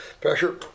pressure